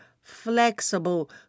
flexible